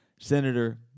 Senator